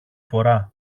φορά